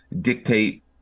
dictate